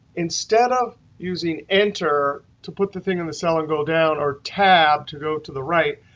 instead of using enter to put the thing in the cell and go down or tab to go to the right,